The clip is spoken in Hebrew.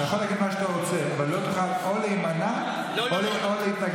אתה יכול להגיד מה שאתה רוצה אבל תוכל או להימנע או להתנגד.